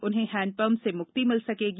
उन्हें हैंडपंप से मुक्ति मिल सकेगी